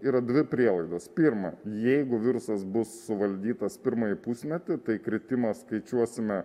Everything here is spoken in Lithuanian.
yra dvi prielaidos pirma jeigu virusas bus suvaldytas pirmąjį pusmetį tai kritimą skaičiuosime